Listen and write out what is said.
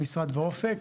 המשרד ו"אופק",